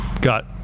got